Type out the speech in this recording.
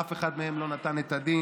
אף אחד מהם לא נתן את הדין.